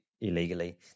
illegally